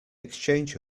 exchange